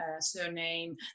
surname